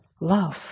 love